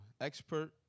expert